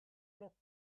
locked